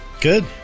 Good